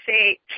say